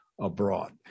abroad